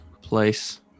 place